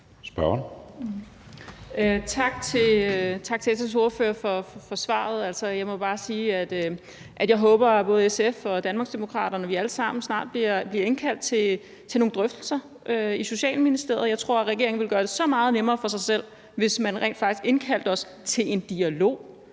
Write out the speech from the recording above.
(DD): Tak til SF's ordfører for svaret. Jeg må bare sige, at jeg håber, at både SF og Danmarksdemokraterne og vi alle sammen snart bliver indkaldt til nogle drøftelser i Social-, Bolig- og Ældreministeriet. Jeg tror, regeringen ville gøre det så meget nemmere for sig selv, hvis man rent faktisk indkaldte os til en dialog,